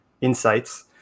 insights